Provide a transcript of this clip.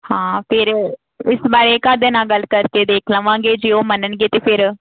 ਹਾਂ ਫਿਰ ਇਸ ਬਾਰੇ ਘਰਦਿਆਂ ਨਾਲ ਗੱਲ ਕਰਕੇ ਦੇਖ ਲਵਾਂਗੇ ਜੇ ਉਹ ਮੰਨਣਗੇ ਤਾਂ ਫਿਰ